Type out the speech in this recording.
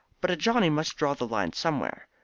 but a johnny must draw the line somewhere.